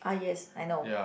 uh yes I know